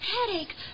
Headache